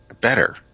better